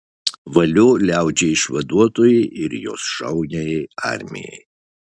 valio liaudžiai išvaduotojai ir jos šauniajai armijai